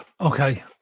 Okay